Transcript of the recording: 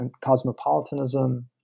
Cosmopolitanism